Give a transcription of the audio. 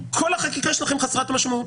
כל החקיקה שלכם היא חסרת משמעות.